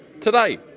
Today